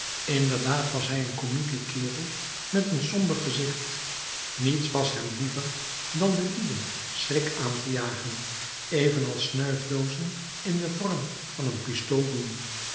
inderdaad was hij een komieke kerel met een somber gezicht niets was hem liever dan de lieden schrik aan te jagen evenals snuifdoozen in den vorm van een pistool doen